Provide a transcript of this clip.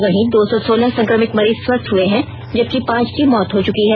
वहीं दो सौ सोलह संक्रमित मरीज स्वस्थ हए हैं जबकि पांच की मौत हो चुकी है